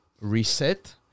reset